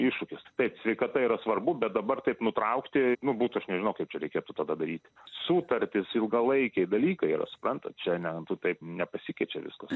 iššūkis taip sveikata yra svarbu bet dabar taip nutraukti nu būtų aš nežinau kaip čia reikėtų tada daryti sutartys ilgalaikiai dalykai yra suprantat čia ne tu taip nepasikeičia viskas